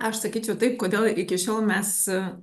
aš sakyčiau taip kodėl iki šiol mes